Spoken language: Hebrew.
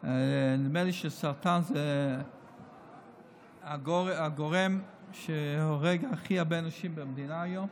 נדמה לי שסרטן זה הגורם שהורג הכי הרבה אנשים במדינה היום.